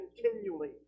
continually